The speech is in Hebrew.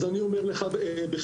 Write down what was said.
סימון, אני אומר לך בכנות.